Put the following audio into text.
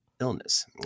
illness